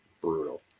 brutal